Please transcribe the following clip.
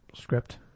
script